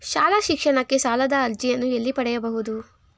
ಶಾಲಾ ಶಿಕ್ಷಣಕ್ಕೆ ಸಾಲದ ಅರ್ಜಿಯನ್ನು ಎಲ್ಲಿ ಪಡೆಯಬಹುದು?